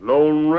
Lone